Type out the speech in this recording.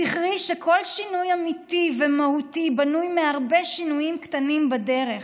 זכרי שכל שינוי אמיתי ומהותי בנוי מהרבה שינויים קטנים בדרך,